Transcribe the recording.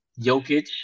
Jokic